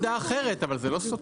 זאת נקודה אחרת, אבל זה לא סותר.